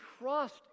trust